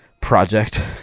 project